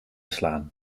slaan